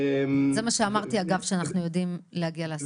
זה מה שאמרתי שאנחנו יודעים להגיע להסכמות.